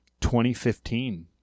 2015